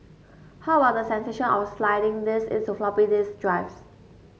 how about the sensation of sliding these into floppy disk drives